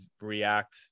react